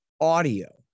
audio